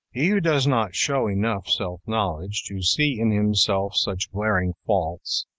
he who does not show enough self-knowledge to see in himself such glaring faults,